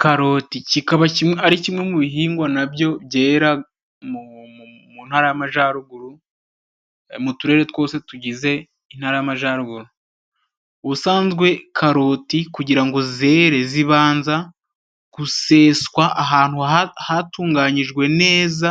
Karoti kikaba ari kimwe mu bihingwa na byo byera mu Ntara y'Amajaruguru, mu turere twose tugize Intara y'Amajaruguru. Ubusanzwe karoti kugira ngo zere, zibanza guseswa ahantu hatunganyijwe neza,